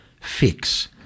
fix